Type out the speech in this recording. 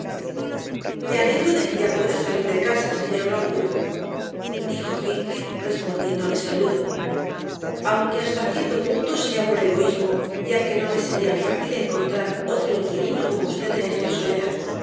me alegro de que ya pueda salir de casa señor lockwood dijo heathcliff respondiendo a mi saludo aunque hasta cierto punto sea por egoísmo ya que no me sería fácil encontrar otro inquilino como usted en esta soledad